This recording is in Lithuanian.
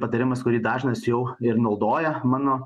patarimas kurį dažnas jau ir naudoja mano